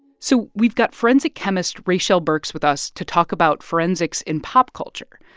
so we've got forensic chemist raychelle burks with us to talk about forensics in pop culture.